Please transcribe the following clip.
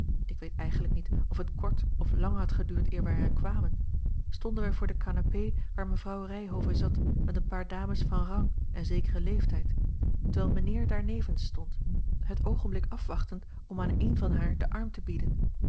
ik weet eigenlijk niet of het kort of lang had geduurd eer wij er kwamen stonden wij voor de canapé waar mevrouw ryhove zat met een paar dames van rang en zekeren leeftijd terwijl mijnheer daarnevens stond het oogenblik afwachtend om aan eene van haar den arm te bieden